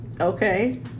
Okay